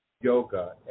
yoga